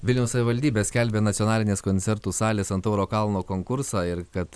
vilniaus savivaldybė skelbia nacionalinės koncertų salės ant tauro kalno konkursą ir kad